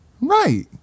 Right